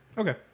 Okay